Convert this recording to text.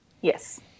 Yes